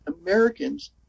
Americans